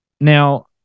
now